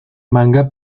manga